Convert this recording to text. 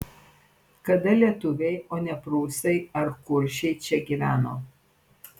kada lietuviai o ne prūsai ar kuršiai čia gyveno